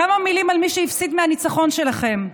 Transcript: כמה מילים על מי שהפסיד מהניצחון שלכם: